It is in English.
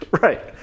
Right